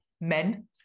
men